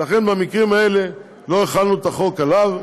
ולכן במקרים האלה לא החלנו את החוק עליו.